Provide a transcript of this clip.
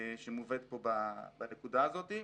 שמובאת פה בנקודה הזאת.